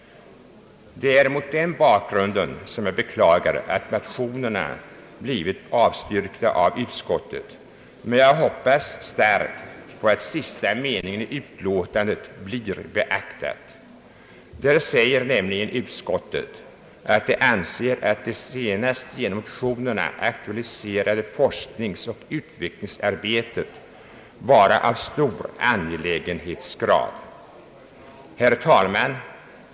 Det är mot den bakgrunden som jag beklagar att motionerna avstyrkts av utskottet, men jag hoppas starkt att utskottets sista mening blir beaktad. Där framhålls nämligen att utskottet anser att det senast genom motionerna aktualiserade forskningsoch utvecklingsarbetet är av stor angelägenhetsgrad. Herr talman!